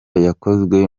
yakozwe